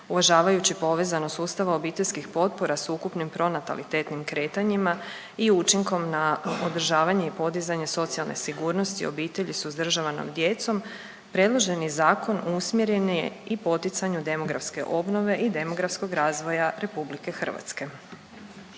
Uvažavajući povezanost sustava obiteljskih potpora s ukupnim pronatalitetnim kretanjima i učinkom na održavanje i podizanje socijalne sigurnosti obitelji s uzdržavanom djecom predloženi zakon usmjeren je i poticanju demografske obnove i demografskog razvoja RH.